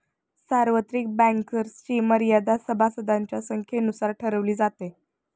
सार्वत्रिक बँक्सची मर्यादा सभासदांच्या संख्येनुसार ठरवली जाते